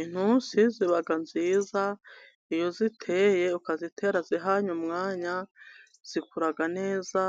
Intusi ziba nziza iyo uziteye ukazitera zihanye umwanya, zikura neza,